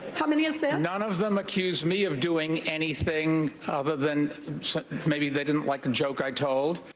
how many is that? none of them accuse me of doing anything other than maybe they didn't like a joke i told.